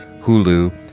Hulu